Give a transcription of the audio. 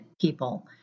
people